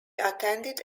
attended